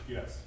Yes